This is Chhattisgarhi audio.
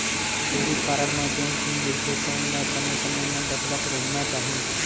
डेबिट कारड म जउन पिन रहिथे तउन ल समे समे म बदलत रहिना चाही